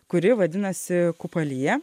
kuri vadinasi kupalyja